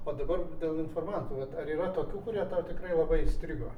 o dabar dėl informantų vat ar yra tokių kurie tau tikrai labai įstrigo